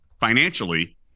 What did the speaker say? financially